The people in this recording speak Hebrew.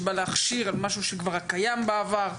שבאה להכשיר משהו שכבר היה קיים בעבר.